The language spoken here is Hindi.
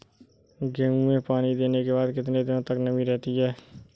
गेहूँ में पानी देने के बाद कितने दिनो तक नमी रहती है?